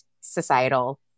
societal